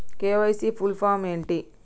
KYC full form ఏంటి?